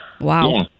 Wow